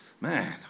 man